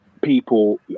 people